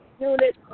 unit